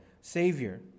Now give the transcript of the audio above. Savior